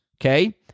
Okay